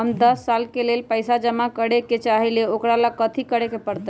हम दस साल के लेल पैसा जमा करे के चाहईले, ओकरा ला कथि करे के परत?